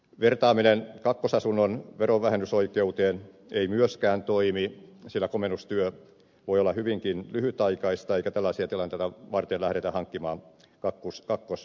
vertaaminen kakkosasunnon verovähennysoikeuteen ei myöskään toimi sillä komennustyö voi olla hyvinkin lyhytaikaista eikä tällaisia tilanteita varten lähdetä hankkimaan kakkosasuntoja